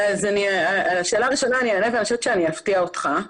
על השאלה הראשונה אני אענה ואני חושבת שאני אפתיע אותך,